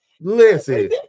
Listen